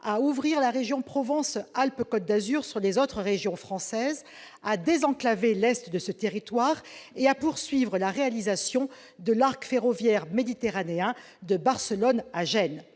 à ouvrir la région Provence-Alpes-Côte d'Azur sur les autres régions françaises, à désenclaver l'est de ce territoire et à poursuivre la réalisation de l'arc ferroviaire méditerranéen de Barcelone à Gênes.